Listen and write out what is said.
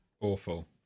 Awful